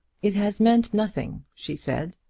it has meant nothing, she said.